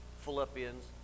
Philippians